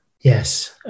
Yes